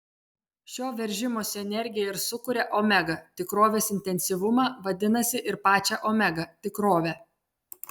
šio veržimosi energija ir sukuria omega tikrovės intensyvumą vadinasi ir pačią omega tikrovę